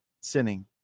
sinning